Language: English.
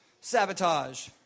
Sabotage